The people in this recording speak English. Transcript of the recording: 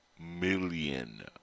million